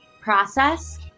process